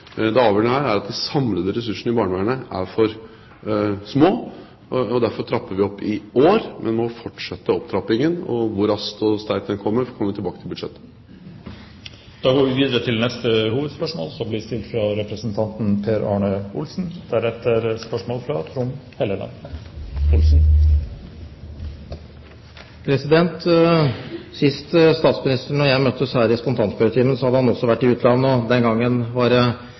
samlede ressursene i barnevernet er for små. Derfor trapper vi opp i år. Men vi må fortsette opptrappingen. Hvor raskt og sterkt den kommer, får vi komme tilbake til i budsjettet. Vi går videre til neste hovedspørsmål. Sist statsministeren og jeg møttes her i spontanspørretimen hadde han også vært i utlandet. Den gangen var det statsråd Giske som hadde hatt en form for hjemme alene-fest. Det som har preget nyhetsbildet mens han har vært i utlandet denne gangen, har vært en form for Regjeringens Tante Sofie. Det